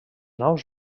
naus